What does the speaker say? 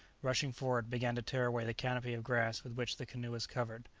rushing forward, began to tear away the canopy of grass with which the canoe was covered.